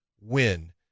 win